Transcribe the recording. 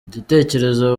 igitekerezo